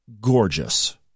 gorgeous